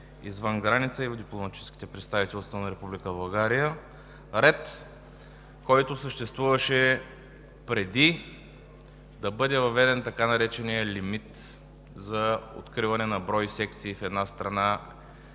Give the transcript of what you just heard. извън граница и в дипломатическите представителства на Република България. Ред, който съществуваше преди да бъде въведен така нареченият „лимит“ за откриване на брой секции в една страна